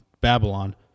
Babylon